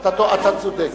אתה צודק.